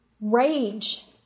rage